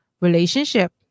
relationship